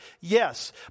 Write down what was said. Yes